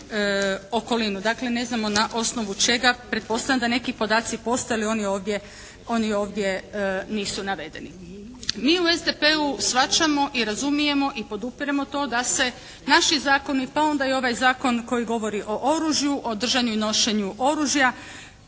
Dakle, ne znamo na osnovu čega. Pretpostavljam da neki podaci postoje ali oni ovdje nisu navedeni. Mi u SDP-u shvaćamo i razumijemo, i podupiremo to da se naši zakoni pa onda i ovaj zakon koji govori o oružju, o držanju i nošenju oružja